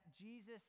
Jesus